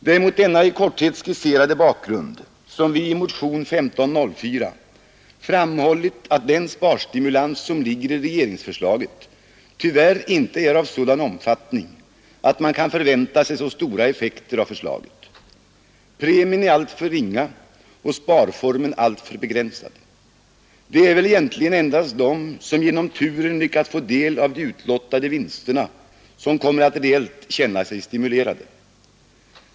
Det är mot denna i korthet skisserade bakgrund som vi i motionen 1504 framhållit att den sparstimulans som ligger i regeringsförslaget tyvärr inte är av sådan omfattning att man kan förvänta sig så stora effekter av förslaget. Premien är alltför ringa och sparformerna alltför begränsade. Det är väl egentligen endast de som genom turen lyckats få del av de utlottade vinsterna som kommer att reellt känna sig stimulerade.